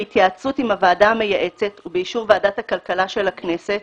בהתייעצות עם הוועדה המייעצת ובאישור ועדת הכלכלה של הכנסת,